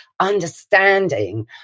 understanding